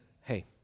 Hey